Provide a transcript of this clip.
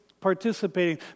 participating